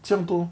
这样多